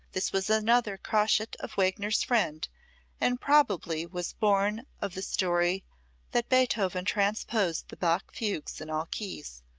this was another crotchet of wagner's friend and probably was born of the story that beethoven transposed the bach fugues in all keys.